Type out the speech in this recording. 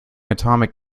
atomic